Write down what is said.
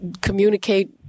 communicate